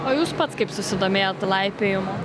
o jūs pats kaip susidomėjot laipiojimu